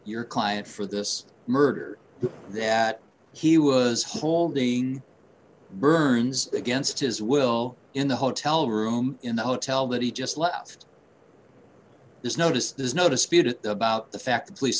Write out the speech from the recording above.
your client for this murder that he was holding burns against his will in the hotel room in the hotel that he just left there's notice there's no dispute about the fact that police